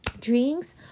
Drinks